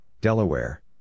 Delaware